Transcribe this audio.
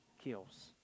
kills